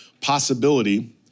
possibility